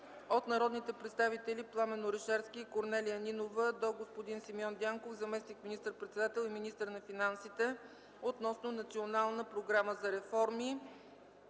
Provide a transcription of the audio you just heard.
от народните представители Пламен Орешарски и Корнелия Нинова до господин Симеон Дянков – заместник министър-председател и министър на финансите, относно Национална програма за реформи.